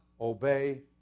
obey